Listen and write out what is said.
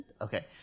Okay